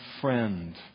friend